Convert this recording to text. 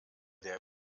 der